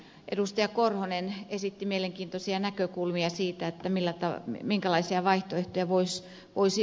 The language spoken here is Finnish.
timo korhonen esitti mielenkiintoisia näkökulmia siitä minkälaisia vaihtoehtoja voisi olla